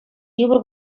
йывӑр